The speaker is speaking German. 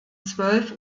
zwölf